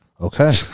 Okay